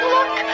Look